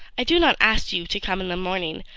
i do not ask you to come in the morning,